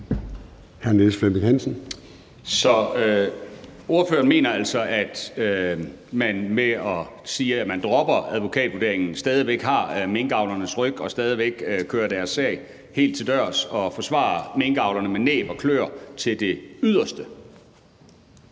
Så ordføreren mener altså, at man ved at sige, at man dropper advokatvurderingen, stadig væk har minkavlernes ryg og stadig væk følger deres sag helt til dørs og forsvarer minkavlerne med næb og kløer til det yderste.